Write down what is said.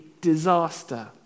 disaster